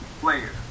player